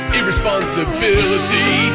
irresponsibility